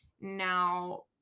now